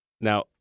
Now